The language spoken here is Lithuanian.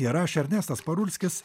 ir aš ernestas parulskis